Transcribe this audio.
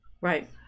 Right